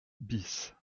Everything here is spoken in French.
bis